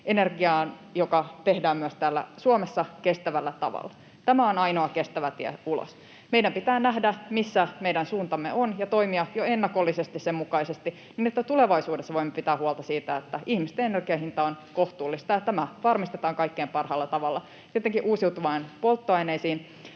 energiaan, joka tehdään myös täällä Suomessa ja kestävällä tavalla. Tämä on ainoa kestävä tie ulos. Meidän pitää nähdä, missä meidän suuntamme on, ja toimia jo ennakollisesti sen mukaisesti, niin että tulevaisuudessa voimme pitää huolta siitä, että ihmisten energian hinta on kohtuullista. Tämä varmistetaan kaikkein parhaimmalla tavalla tietenkin uusiutuviin polttoaineisiin